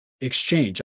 exchange